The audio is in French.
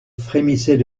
frémissait